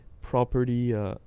property